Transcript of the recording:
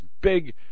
big